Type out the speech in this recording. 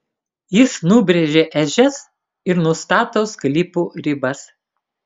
jis nubrėžia ežias ir nustato sklypų ribas